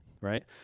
right